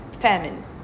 famine